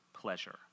pleasure